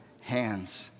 hands